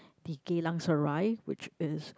the Geylang Serai which is